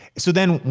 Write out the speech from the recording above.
so then,